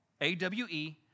A-W-E